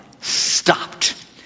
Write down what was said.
stopped